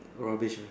rubbish only